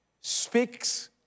speaks